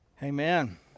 Amen